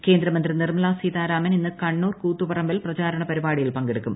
കേന്ദ്രമന്ത്രി നിർമ്മല സീതാരാമൻ ഇന്ന് കണ്ണൂർ കൂത്തുപറമ്പിൽ പ്രചാരണ പരിപാടിയിൽ പങ്കെടുക്കും